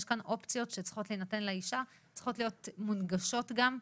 יש כאן אופציות שצריכות להינתן לאישה וצריכות להיות מונגשות גם.